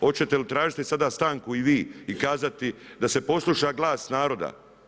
Hoćete li tražiti sada stanku i vi i kazati da se posluša glas naroda?